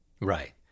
Right